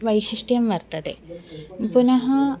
वैशिष्ट्यं वर्तते पुनः